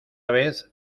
vez